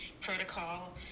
protocol